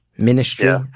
Ministry